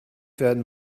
werden